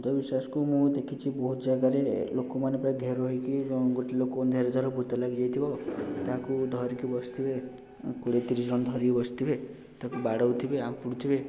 ଅନ୍ଧବିଶ୍ୱାସକୁ ମୁଁ ଦେଖିଛି ବହୁତ ଜାଗାରେ ଲୋକମାନେ ପ୍ରାୟ ଘେର ହେଇକି ଗୋଟେ ଲୋକ ଯାହାକୁ ଭୂତ ଲାଗିଯାଇଥିବ ତାହାକୁ ଧରିକି ବସିଥିବେ କୋଡ଼ିଏ ତିରିଶ ଜଣ ଧରିକି ବସିଥିବେ ତାକୁ ବାଡ଼ୋଉଥିବେ ଆଁପୁଡ଼ୁ ଥିବେ